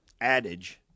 adage